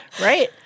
Right